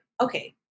okay